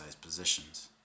positions